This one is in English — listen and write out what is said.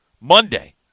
Monday